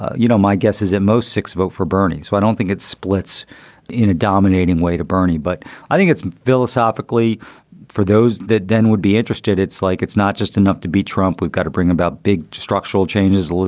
you know, my guess is at most six vote for bernie. so i don't think it splits in a dominating way to bernie. but i think it's philosophically for those that then would be interested. it's like it's not just enough to be trump. we've got to bring about big structural changes,